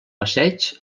passeig